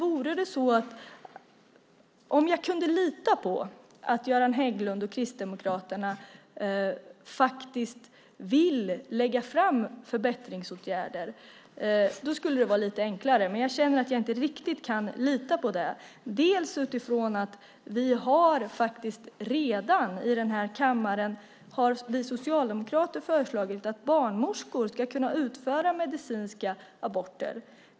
Om jag kunde lita på att Göran Hägglund och Kristdemokraterna faktiskt vill lägga fram förbättringsåtgärder skulle det vara lite enklare, men jag känner att jag inte riktigt kan lita på det. Vi socialdemokrater har faktiskt redan här i kammaren föreslagit att barnmorskor ska kunna utföra medicinska aborter.